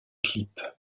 clip